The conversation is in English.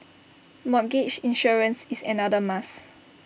mortgage insurance is another must